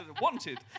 wanted